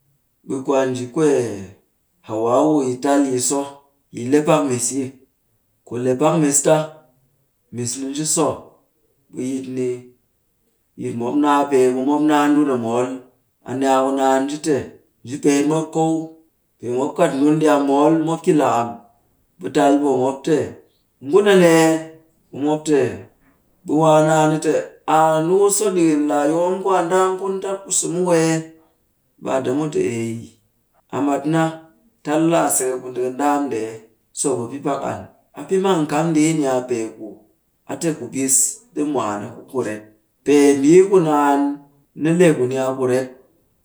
Ɓe kwaanji kwee hawawu yi tal yi so. Yi le pak mis yi. Ku le pak mis ta, mis ni nji so, ɓe yit ni, yit mop naa pee, ɓe mop naa ndun a mool. A ni a ku naan nji te, nji peet mop kow. Pee mop kat ndun ɗi a mool, nop ki lakam. Ɓe tal poo mop te, ngun a nee? Ɓe mop te, ɓe waa naan ni te, aa niku so ɗikin laa yokom ku a ndaam tap ku so muw ee? Ɓe adamu te ei, a mat na tal laa sekep ku ndi ka ndaam ndee so ɓe pɨ pak an. A pɨ mang kam ndeeni a pee ku a te kubis ɗi mwaan a ku kuret. Pee mbii ku naan ni le ku ni a ku ret.